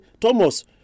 Thomas